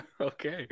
okay